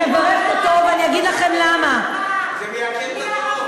למה את מברכת?